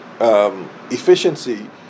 efficiency